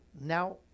now